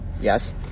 Yes